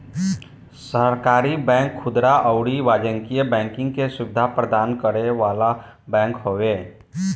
सहकारी बैंक खुदरा अउरी वाणिज्यिक बैंकिंग के सुविधा प्रदान करे वाला बैंक हवे